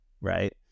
right